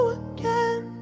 again